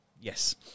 yes